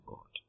God